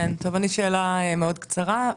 שאלה מאוד קצרה.